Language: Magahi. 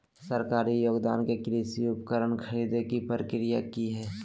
सरकारी योगदान से कृषि उपकरण खरीदे के प्रक्रिया की हय?